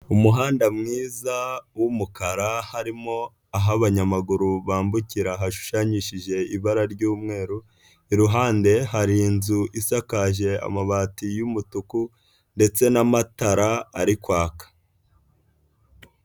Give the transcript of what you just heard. Umuhanda mwiza w'umukara, harimo aho abanyamaguru bambukira hashanyishije ibara ry'umweru, iruhande hari inzu isakaje amabati y'umutuku ndetse n'amatara ari kwaka.